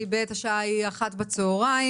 השעה היא 13:00 בצהריים.